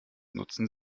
nutzen